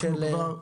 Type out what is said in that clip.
בשמחה רבה.